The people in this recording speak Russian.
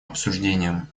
обсуждениям